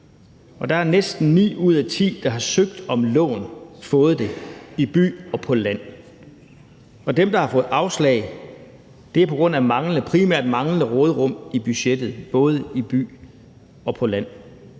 og der har næsten ni ud af ti, der har søgt om lån, fået det, i by og på land. Og i de tilfælde, hvor der er givet afslag, er det primært på grund af manglende råderum i budgettet, både i by og på land.